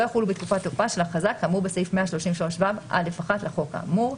יחולו בתקופת תוקפה של הכרזה באמור בסעיף 133ו(א1) לחוק האמור".